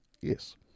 Yes